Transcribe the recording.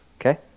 Okay